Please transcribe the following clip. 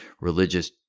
religious